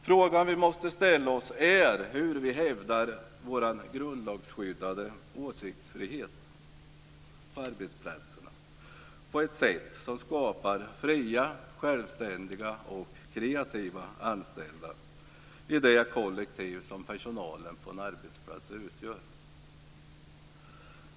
Frågan vi måste ställa oss är hur vi hävdar vår grundlagsskyddade åsiktsfrihet på arbetsplatserna på ett sätt som skapar fria, självständiga och kreativa anställda i det kollektiv som personalen på en arbetsplats utgör.